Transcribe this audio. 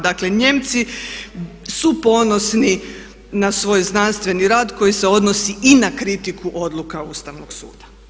Dakle Nijemci su ponosni na svoj znanstveni rad koji se odnosi i na kritiku odluka Ustavnog suda.